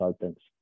Thanks